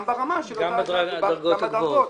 בדרגות.